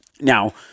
Now